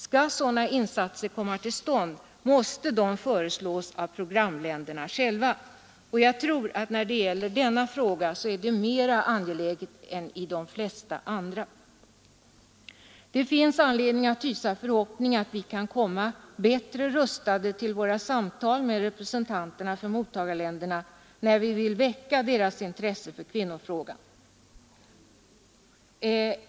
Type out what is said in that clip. Skall sådana insatser komma till stånd måste de föreslås av programländerna själva, och jag tror att detta är mer angeläget i denna fråga än i de flesta andra. Det finns anledning att hysa förhoppning att vi kan komma bättre rustade till våra samtal med representanterna för mottagarländerna när vi vill väcka deras intresse för kvinnofrågan.